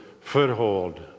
foothold